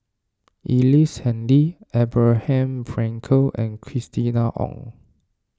Ellice Handy Abraham Frankel and Christina Ong